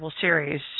series